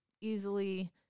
easily